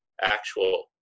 actual